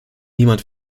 niemand